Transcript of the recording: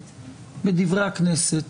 תראה בדברי הכנסת